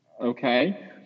Okay